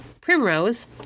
Primrose